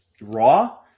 Raw